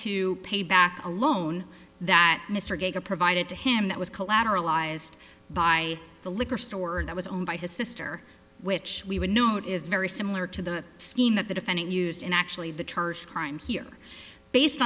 to pay back a loan that mr gager provided to him that was collateralized by the liquor store that was owned by his sister which we would note is very similar to the scheme that the defendant used in actually the target crime here based